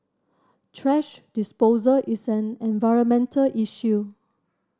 thrash disposal is an environmental issue